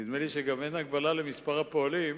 נדמה לי שגם אין הגבלה למספר הפועלים,